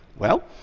well,